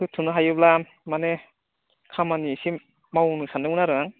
होथ'नो हायोब्ला माने खामानि एसे मावनो सान्दोंमोन आरो